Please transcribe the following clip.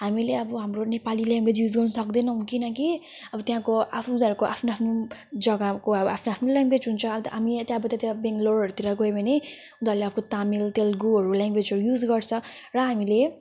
हामीले अब हाम्रो नेपाली ल्याङग्वेज युज गर्नु सक्दैनौँ किनकि अब त्यहाँको आफू उनीहरूको आफ्नो आफ्नो जगाको अब आफ्नो आफ्नो ल्याङग्वेज हुन्छ अनि त हामी यता अब त्यता ब्याङ्लोरहरूतिर गयौँ भने उनीहरूले अब तामिल तेलेगूहरू ल्याङ्ग्वेजहरू युज गर्छ र हामीले